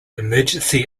emergency